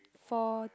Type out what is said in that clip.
fourth